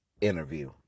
interview